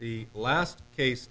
the last case